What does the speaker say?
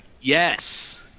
Yes